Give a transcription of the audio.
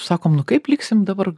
sakom nu kaip liksim dabar